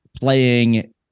playing